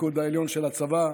הפיקוד העליון של הצבא,